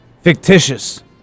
Fictitious